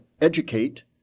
educate